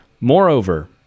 Moreover